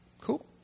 Cool